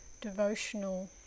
devotional